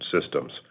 systems